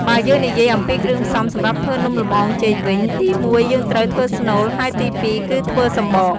បើយើងនិយាយអំពីគ្រឿងផ្សំសម្រាប់ធ្វើនំលម្អងចេកវិញ ទីមួយយើងត្រូវធ្វើស្នូល ហើយទីពីរគឺធ្វើសំបក។